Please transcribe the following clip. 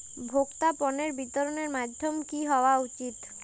ভোক্তা পণ্যের বিতরণের মাধ্যম কী হওয়া উচিৎ?